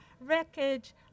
wreckage